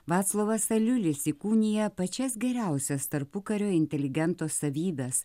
vaclovas aliulis įkūnija pačias geriausias tarpukario inteligento savybes